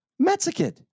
Mexican